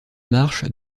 marche